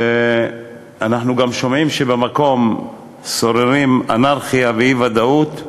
ואנחנו גם שומעים שבמקום שוררים אנרכיה ואי-ודאות.